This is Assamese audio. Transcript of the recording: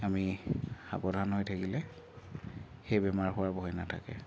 আমি সাৱধান হৈ থাকিলে সেই বেমাৰ হোৱাৰ ভয় নাথাকে